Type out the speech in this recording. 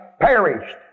perished